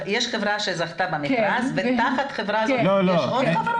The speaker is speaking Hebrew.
יש חברה שזכתה במכרז ותחת החברה הזאת יש עוד עובדים?